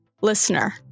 listener